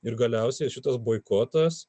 ir galiausiai šitas boikotas